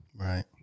right